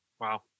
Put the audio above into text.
Wow